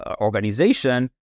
organization